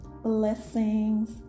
Blessings